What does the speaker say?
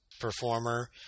performer